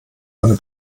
einer